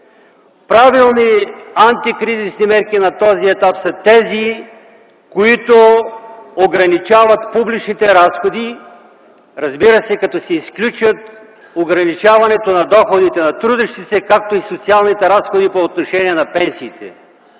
правилни антикризисни мерки на този етап са тези, които ограничават публичните разходи, разбира се, като се изключат ограничаването на доходите на трудещите се, както и социалните разходи по отношение на пенсиите.